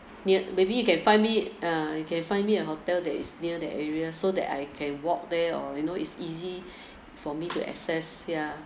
near maybe you can find me uh you can find me a hotel that is near that area so that I can walk there or you know it's easy for me to access ya